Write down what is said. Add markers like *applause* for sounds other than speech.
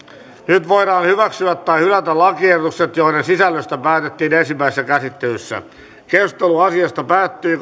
nyt voidaan hyväksyä tai hylätä lakiehdotukset joiden sisällöstä päätettiin ensimmäisessä käsittelyssä keskustelu asiasta päättyi *unintelligible*